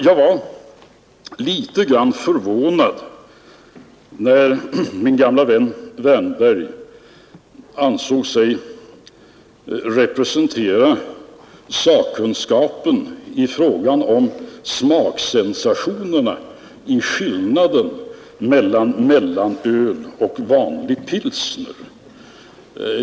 Jag blev litet grand förvånad när min gamle vän herr Wärnberg ansåg sig representera sakkunskapen i fråga om skillnaden i smaksensationer mellan mellanöl och vanlig pilsner.